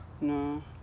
no